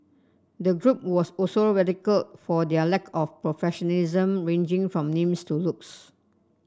the group was also ridiculed for their lack of professionalism ranging from names to looks